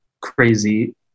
crazy